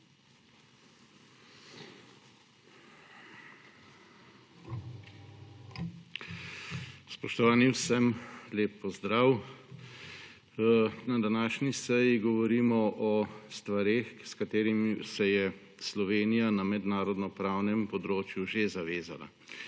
Spoštovani, vsem prav lep pozdrav! Na današnji seji govorimo o stvareh, s katerimi se je Slovenija na mednarodnopravnem področju že zavezala.